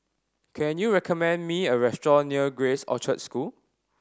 can you recommend me a restaurant near Grace Orchard School